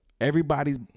Everybody's